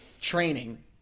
Training